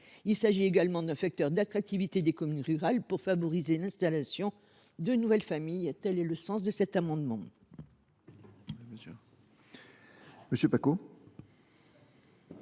Il s’agit également d’un facteur d’attractivité des communes rurales pour favoriser l’installation de nouvelles familles. Tel est le sens de cet amendement.